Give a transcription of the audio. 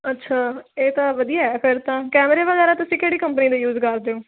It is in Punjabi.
ਅੱਛਾ ਇਹ ਤਾਂ ਵਧੀਆ ਫਿਰ ਤਾਂ ਕੈਮਰੇ ਵਗੈਰਾ ਤੁਸੀਂ ਕਿਹੜੀ ਕੰਪਨੀ ਦਾ ਯੂਜ ਕਰਦੇ ਹੋ